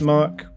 Mark